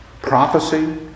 prophecy